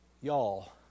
y'all